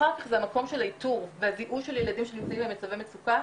אחר כך זה המקום של האיתור והזיהוי של ילדים שנמצאים במצבי מצוקה.